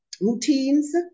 routines